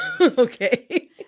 Okay